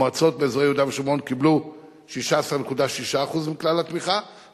המועצות באזור יהודה ושומרון קיבלו 16.6% מכלל התמיכה.